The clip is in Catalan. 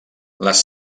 les